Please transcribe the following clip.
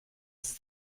ist